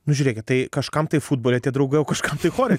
nu žiūrėkit tai kažkam tai futbole tie draugai o kažkam tai chore